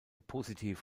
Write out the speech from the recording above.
positiv